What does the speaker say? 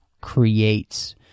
creates—